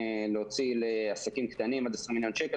להוציא לעסקים קטנים עד 20 מיליון שקלים,